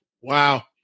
wow